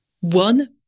One